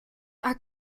are